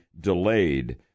delayed